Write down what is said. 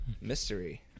Mystery